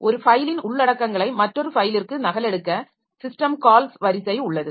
ஒரு ஃபைலின் உள்ளடக்கங்களை மற்றொரு ஃபைலிற்க்கு நகலெடுக்க சிஸ்டம் கால்ஸ் வரிசை உள்ளது